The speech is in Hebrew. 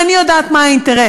אם אני יודעת מה האינטרס,